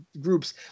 groups